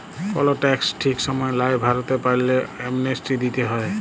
call tax ঠিক সময় লায় ভরতে পারল্যে, অ্যামনেস্টি দিতে হ্যয়